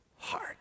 heart